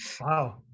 Wow